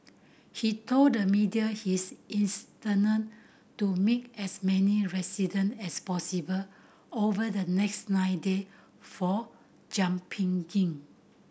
he told the media his to meet as many resident as possible over the next nine day for jumping in